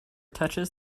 touches